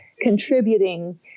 contributing